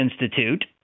Institute